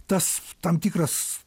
tas tam tikras